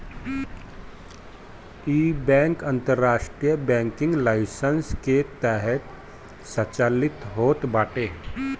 इ बैंक अंतरराष्ट्रीय banking licence के तहत संचालित होत बाटे